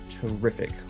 terrific